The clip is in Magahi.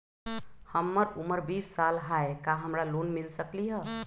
हमर उमर बीस साल हाय का हमरा लोन मिल सकली ह?